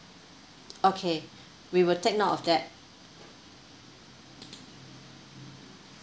okay we will take note of that